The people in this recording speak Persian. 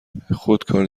خودکار